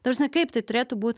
ta prasme kaip tai turėtų būt